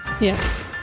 Yes